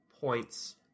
points